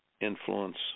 influence